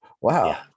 Wow